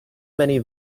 many